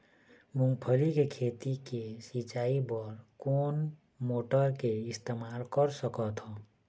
मूंगफली के खेती के सिचाई बर कोन मोटर के इस्तेमाल कर सकत ह?